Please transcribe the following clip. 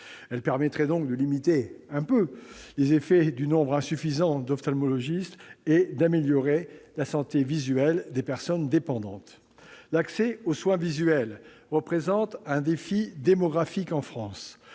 loi permettrait donc de limiter- un peu -les effets du nombre insuffisant d'ophtalmologistes et d'améliorer la santé visuelle des personnes dépendantes. L'accès aux soins visuels représente un défi démographique en France.